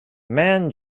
man